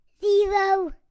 Zero